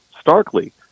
starkly